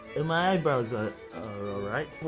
um eyebrows ah are all right.